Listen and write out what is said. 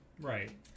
Right